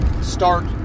start